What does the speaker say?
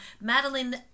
madeline